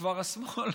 שכבר השמאל,